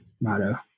motto